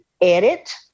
edit